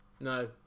No